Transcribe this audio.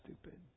stupid